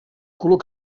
color